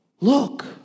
Look